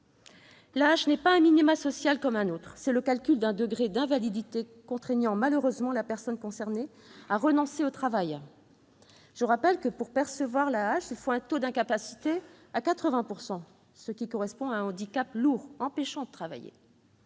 L'AAH n'est pas un minimum social comme un autre : c'est le calcul d'un degré d'invalidité, contraignant malheureusement la personne concernée à renoncer au travail. Je rappelle que, pour percevoir l'AAH, il faut se voir reconnaître un taux d'incapacité de 80 %, ce qui correspond à un handicap lourd, empêchant de travailler.